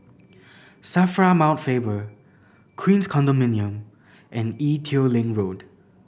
SAFRA Mount Faber Queens Condominium and Ee Teow Leng Road